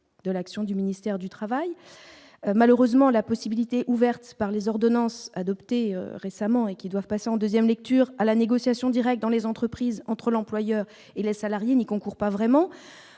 de l'action du ministère du Travail, malheureusement la possibilité ouverte par les ordonnances adoptées récemment et qui doivent passer en 2ème lecture à la négociation directe dans les entreprises entre l'employeur et les salariés ne concourent pas vraiment